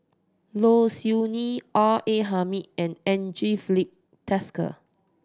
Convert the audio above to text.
Low Siew Nghee R A Hamid and Andre Filipe Desker